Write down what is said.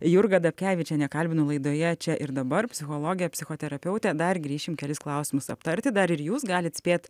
jurgą dapkevičienę kalbinu laidoje čia ir dabar psichologė psichoterapeutė dar grįšim kelis klausimus aptarti dar ir jūs galit spėt